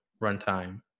runtime